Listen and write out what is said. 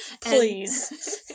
Please